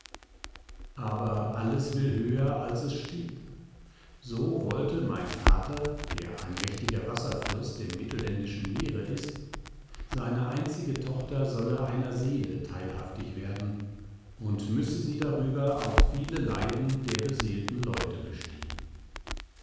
aber alles will höher als es steht so wollte mein vater der ein mächtiger wasserfürst im mittelländischen meere ist seine einzige tochter solle einer seele teilhaftig werden und müsse sie darüber auch viele leiden der beseelten leute bestehn